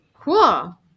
Cool